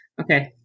okay